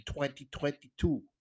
2022